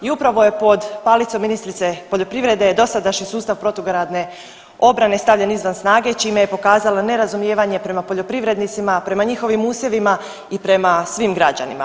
I upravo je pod palicom ministrice poljoprivrede je dosadašnji sustav protugradne obrane stavljen izvan snage čime je pokazala nerazumijevanje prema poljoprivrednicima, prema njihovim usjevima i prema svim građanima.